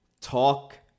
Talk